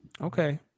okay